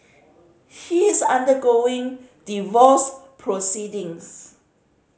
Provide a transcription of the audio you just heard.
he is undergoing divorce proceedings